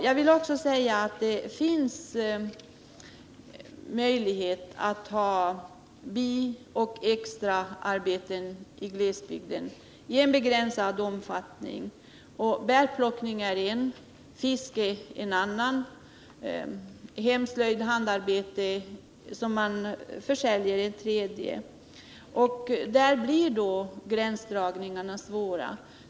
Det finns möjligheter att i begränsad omfattning ha extra arbeten i glesbygden. Bärplockning är en möjlighet, fiske en annan, hemslöjd och handarbete för försäljning en tredje. Där blir gränsdragningarna svåra.